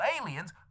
aliens